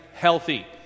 healthy